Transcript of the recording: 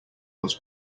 was